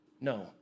No